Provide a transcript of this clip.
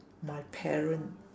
my parent